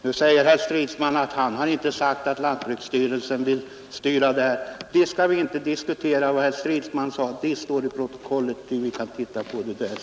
Nu gör herr Stridsman gällande att han inte sagt att lantbruksstyrelsen vill styra det här. Låt oss nu inte diskutera vad herr Stridsman sade. Det kommer att återges i protokollet, och vi kan då studera det där.